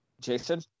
Jason